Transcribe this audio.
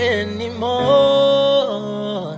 anymore